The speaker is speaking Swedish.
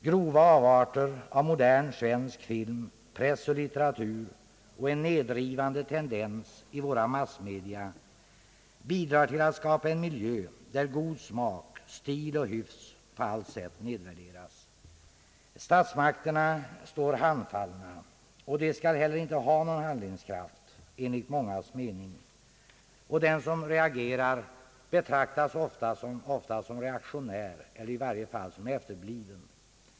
Grova avarter av modern svensk film, press och litteratur och en nedrivande tendens i våra massmedia bidrar till att skapa en miljö där god smak, stil och hyfs på allt sätt nedvärderas. Statsmakterna står handfallna. Enligt mångas mening skall de heller inte ha någon handlingskraft. Den som reagerar betraktas ofta som reaktionär, eller i varje fall som efterbliven.